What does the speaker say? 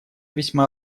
весьма